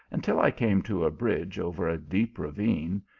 until i came to a bridge over a deep ravine,